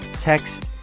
text